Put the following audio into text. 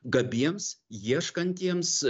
gabiems ieškantiems